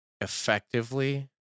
effectively